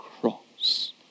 cross